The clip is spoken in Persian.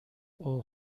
اوه